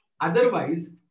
otherwise